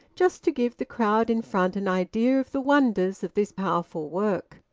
just to give the crowd in front an idea of the wonders of this powerful work.